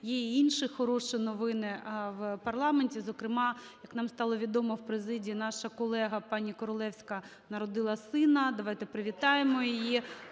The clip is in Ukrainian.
є і інші хороші новини в парламенті. Зокрема, як нам стало відомо в президії, наша колега пані Королевська народила сина. Давайте привітаємо її,